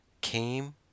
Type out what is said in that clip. came